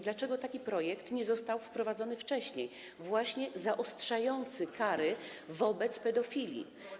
Dlaczego taki projekt nie został wprowadzony wcześniej, właśnie zaostrzający kary wobec pedofili?